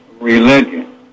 religion